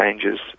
changes